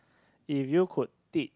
if you could teach